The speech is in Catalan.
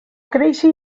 créixer